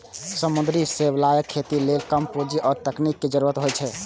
समुद्री शैवालक खेती लेल कम पूंजी आ तकनीक के जरूरत होइ छै